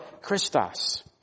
Christos